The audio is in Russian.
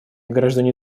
граждане